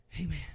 Amen